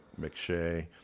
McShay